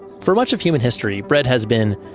for much of human history. bread has been,